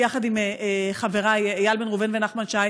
ביחד עם חבריי איל בן ראובן ונחמן שי,